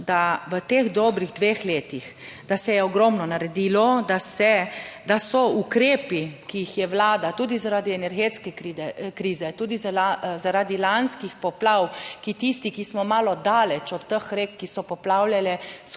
da v teh dobrih dveh letih, da se je ogromno naredilo, da se, da so ukrepi, ki jih je Vlada, tudi zaradi energetske krize, tudi zaradi lanskih poplav, ki tisti, ki smo malo daleč od teh rek, ki so poplavljale,